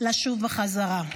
לשוב בחזרה".